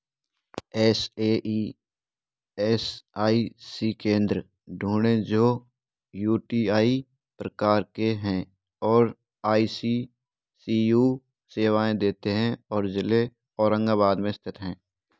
essay E S I C केंद्र ढूँढे जो यू टी आई प्रकार के हैं और आई सी सी यू सेवाएँ देते हैं और जिले औरंगाबाद में स्थित हैं